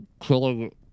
killing